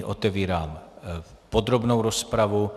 Otevírám podrobnou rozpravu.